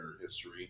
history